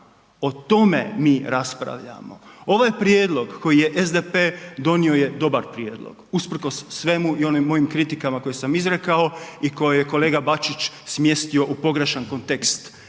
O tome mi raspravljamo. Ovaj prijedlog koji je SDP donio je dobar prijedlog, usprkos svemu i onim mojim kritikama koje sam izrekao i koje je kolega Bačić smjestio u pogrešan kontekst.